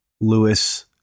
Lewis